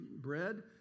bread